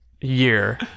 year